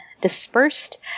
dispersed